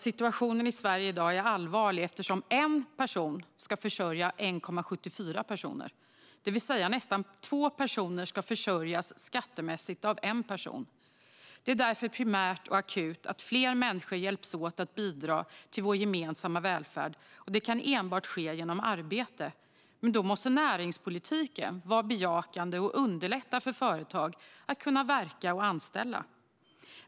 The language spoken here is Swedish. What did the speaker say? Situationen i Sverige i dag är allvarlig, eftersom en person ska försörja 1,74 personer. Detta innebär att nästan två personer skattemässigt ska försörjas av en person. Det är därför primärt och akut att fler människor hjälps åt att bidra till vår gemensamma välfärd, och det kan enbart ske genom arbete. Men då måste näringspolitiken vara bejakande och underlätta för företag att kunna verka och anställa.